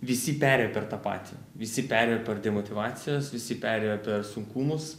visi perėjo per tą patį visi perėjo per demotyvacijas visi perėjo per sunkumus